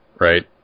right